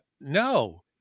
no